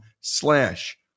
slash